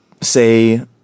say